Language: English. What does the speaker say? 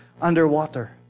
underwater